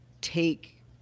take